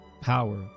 power